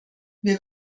wir